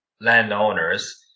landowners